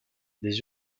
des